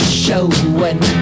showing